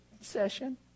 session